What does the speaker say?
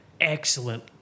excellent